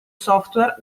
software